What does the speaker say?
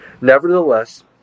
Nevertheless